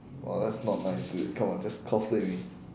oh that's not nice dude come on just cosplay with me